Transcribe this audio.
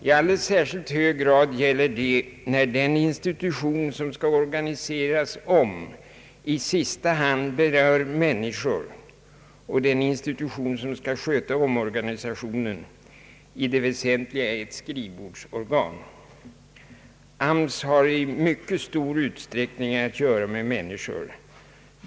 I alldeles särskilt hög grad gäller detta när den institution som skall organiseras om i sista hand berör människor och den institution som skall sköta omorganisationen i det väsentliga är ett skrivbordsorgan. AMS har i mycket stor utsträckning att göra med människor.